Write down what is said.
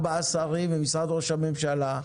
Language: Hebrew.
ארבעה שרים ממשרד ראש הממשלה,